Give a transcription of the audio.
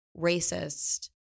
racist